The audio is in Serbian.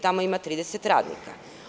Tamo ima 30 radnika.